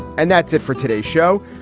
and that's it for today's show.